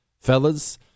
Fellas